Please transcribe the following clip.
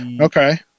Okay